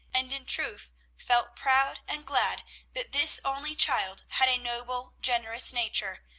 and in truth felt proud and glad that this only child had a noble, generous nature,